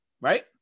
right